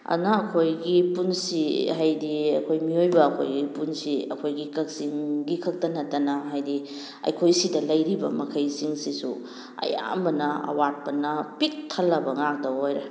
ꯑꯗꯨꯅ ꯑꯩꯈꯣꯏꯒꯤ ꯄꯨꯟꯁꯤ ꯍꯥꯏꯗꯤ ꯑꯩꯈꯣꯏ ꯃꯤꯑꯣꯏꯕ ꯑꯩꯈꯣꯏꯒꯤ ꯄꯨꯟꯁꯤ ꯑꯩꯈꯣꯏꯒꯤ ꯀꯛꯆꯤꯡꯒꯤ ꯈꯛꯇ ꯅꯠꯇꯅ ꯍꯥꯏꯗꯤ ꯑꯩꯈꯣꯏꯁꯤꯗ ꯂꯩꯔꯤꯕ ꯃꯈꯩꯁꯤꯡꯁꯤꯁꯨ ꯑꯌꯥꯝꯕꯅ ꯑꯋꯥꯠꯄꯅ ꯄꯤꯛ ꯊꯜꯂꯕ ꯉꯥꯛꯇ ꯑꯣꯏꯔꯦ